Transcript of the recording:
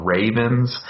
Ravens